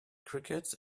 crickets